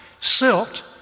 silt